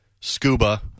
scuba